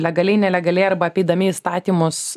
legaliai nelegaliai arba apeidami įstatymus